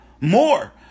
more